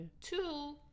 Two